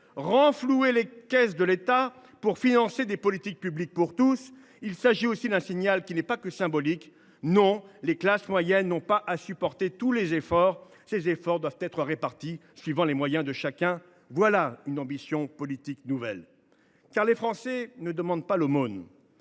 renflouer les caisses de l’État afin de financer des politiques publiques pour tous. Le signal ne serait pas seulement symbolique. Non, les classes moyennes n’ont pas à supporter tous les efforts ! Ceux ci doivent être répartis suivant les moyens de chacun. Voilà une ambition politique nouvelle ! Car les Français ne demandent pas l’aumône